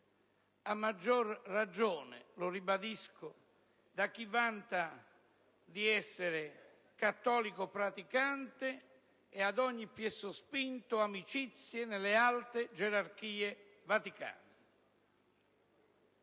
a maggior ragione, lo ribadisco, per chi vanta di essere cattolico praticante e, ad ogni piè sospinto, amicizie nelle alte gerarchie vaticane.